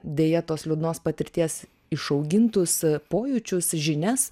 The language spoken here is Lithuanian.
deja tos liūdnos patirties išaugintus pojūčius žinias